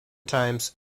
times